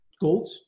gold